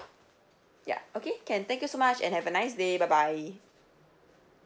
ya okay can thank you so much and have a nice day bye bye